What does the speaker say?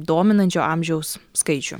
dominančio amžiaus skaičių